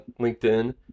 LinkedIn